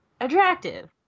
attractive